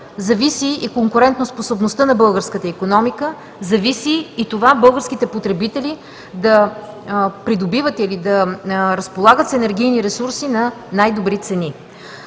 зависи и конкурентоспособността на българската икономика, зависи и това българските потребители да придобиват, да разполагат с енергийни ресурси на най-добри цени.